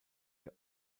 der